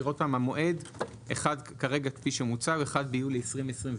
המועד הומצע הוא 1.7.24,